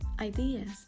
ideas